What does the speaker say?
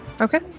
okay